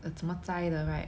um 什么斋的 right